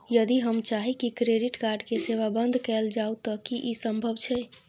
यदि हम चाही की क्रेडिट कार्ड के सेवा बंद कैल जाऊ त की इ संभव छै?